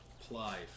apply